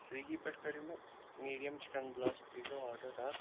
Swiggy پٮ۪ٹھ کَریٚو مےٚ medium chicken blast pizza order اَکھ